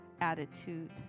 attitude